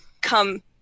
come